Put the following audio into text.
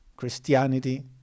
Christianity